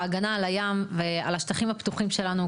ההגנה על הים ועל השטחים הפתוחים שלנו,